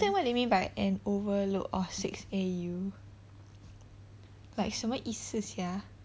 understand what they mean by an overload of six A_U like 什么意思 sia